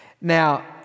Now